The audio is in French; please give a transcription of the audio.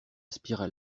aspira